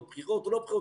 כן בחירות או לא בחירות,